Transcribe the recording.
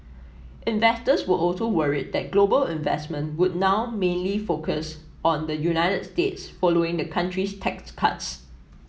investors were also worried that global investment would now mainly focused on the United States following the country's tax cuts